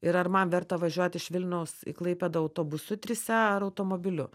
ir ar man verta važiuot iš vilniaus į klaipėdą autobusu trise ar automobiliu